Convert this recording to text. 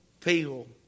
people